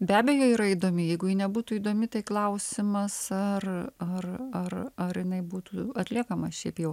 be abejo yra įdomi jeigu ji nebūtų įdomi tai klausimas ar ar ar ar jinai būtų atliekama šiaip jau